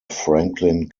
franklin